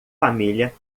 família